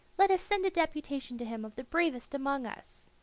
let us send a deputation to him of the bravest among us.